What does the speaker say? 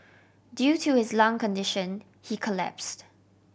due to his lung condition he collapsed